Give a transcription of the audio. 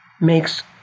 makes